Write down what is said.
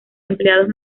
empleados